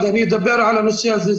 אדבר על הנושא הזה.